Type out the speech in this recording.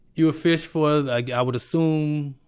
you're a fish for, like i would assume,